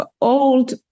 old